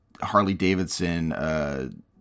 Harley-Davidson